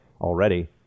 already